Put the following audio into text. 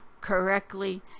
correctly